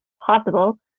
possible